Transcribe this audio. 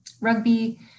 rugby